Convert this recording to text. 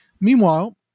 Meanwhile